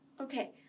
Okay